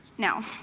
now,